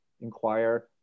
inquire